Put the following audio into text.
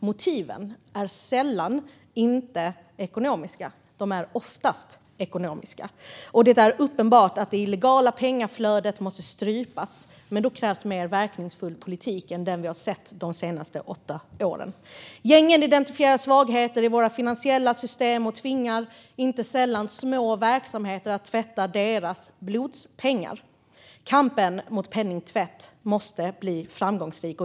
Motiven är oftast ekonomiska. Det är uppenbart att det illegala pengaflödet måste strypas, men då krävs mer verkningsfull politik än den vi har sett de senaste åtta åren. Gängen identifierar svagheter i våra finansiella system och tvingar inte sällan små verksamheter att tvätta deras blodspengar. Kampen mot penningtvätt måste bli framgångsrik.